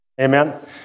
Amen